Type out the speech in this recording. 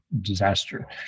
disaster